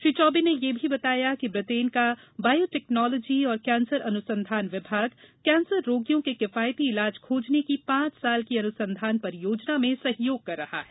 श्री चौबे ने यह भी बताया कि ब्रिटेन का बायोटेक्नोलॉजी और कैंसर अनुसंधान विभाग कैंसर रोगियों के किफायती इलाज खोजने की पांच साल की अनुसंधान परियोजना में सहयोग कर रहा है